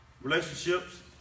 relationships